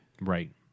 Right